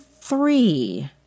three